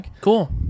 cool